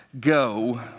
go